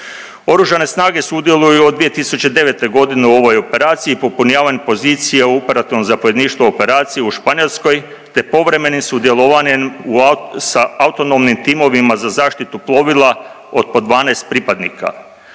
Oružane snage sudjeluju od 2009.g. u ovoj operaciji u popunjavanju pozicija u operativnom zapovjedništvu operaciji Španjolskoj te povremenim sudjelovanjem u sa autonomnim timovima za zaštitu plovila od po 12 pripadnika.